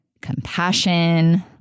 compassion